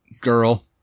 girl